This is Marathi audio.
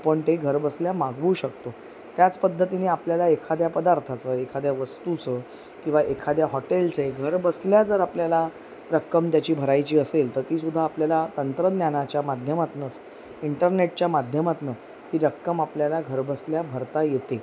आपण ते घरबसल्या मागवू शकतो त्याच पद्धतीने आपल्याला एखाद्या पदार्थाचं एखाद्या वस्तूचं किंवा एखाद्या हॉटेलचे घरबसल्या जर आपल्याला रक्कम त्याची भरायची असेल तर तीसुद्धा आपल्याला तंत्रज्ञानाच्या माध्यमातनंच इंटरनेटच्या माध्यमातून ती रक्कम आपल्याला घरबसल्या भरता येते